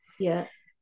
Yes